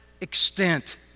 extent